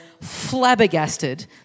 flabbergasted